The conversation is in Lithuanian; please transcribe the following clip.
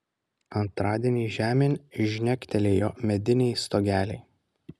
antradienį žemėn žnektelėjo mediniai stogeliai